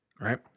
Right